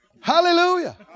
Hallelujah